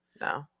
No